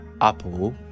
Apple